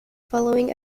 following